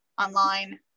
online